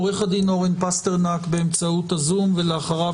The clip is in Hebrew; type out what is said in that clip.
עורך הדין אורן פסטרנק באמצעות הזום ולאחריו